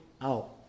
out